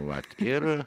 vat ir